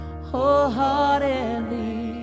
wholeheartedly